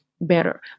better